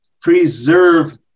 preserve